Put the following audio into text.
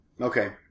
Okay